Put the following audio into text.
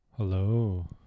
Hello